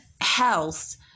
health